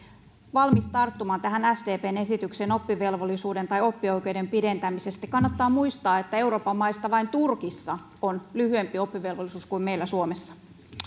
valmis tarttumaan tähän sdpn esitykseen oppivelvollisuuden tai oppioikeuden pidentämisestä kannattaa muistaa että euroopan maista vain turkissa on lyhyempi oppivelvollisuus kuin meillä suomessa